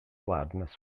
loudness